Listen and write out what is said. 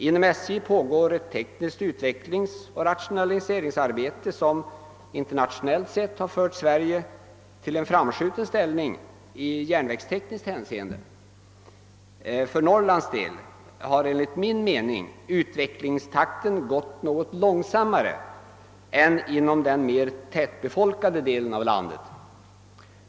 Inom SJ pågår ett tekniskt utvecklingsoch rationaliseringsarbete, som internationellt sett har fört Sverige till en framskjuten ställning i järnvägstekniskt hänseende. För Norrlands del har enligt min mening utvecklingstakten varit något långsammare än inom den mera tätbefolkade delen av landet.